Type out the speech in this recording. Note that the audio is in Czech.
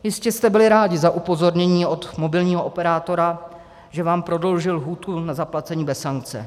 Jistě jste byli rádi za upozornění od mobilního operátora, že vám prodloužil lhůtu na zaplacení bez sankce.